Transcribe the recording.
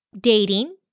dating